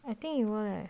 I think it will leh